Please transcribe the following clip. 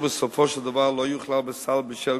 התכשיר בסופו של דבר לא יוכלל בסל בשל